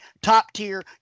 top-tier